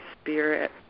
spirit